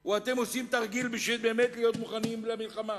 או אתם עושים תרגיל בשביל להיות באמת מוכנים למלחמה?